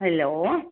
hello